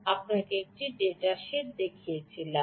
যখন আপনি ডেটা শীটগুলি দেখেছিলেন